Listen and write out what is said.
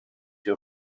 your